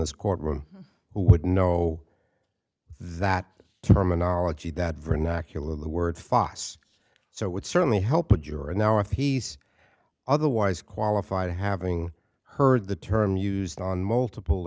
this courtroom who would know that terminology that vernacular the word thoughts so would certainly help a juror and now if he's otherwise qualified having heard the term used on multiple